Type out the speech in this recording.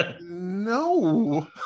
no